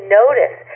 notice